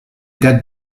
dates